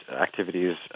activities